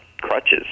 crutches